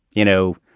you know,